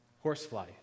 horsefly